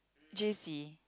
J_C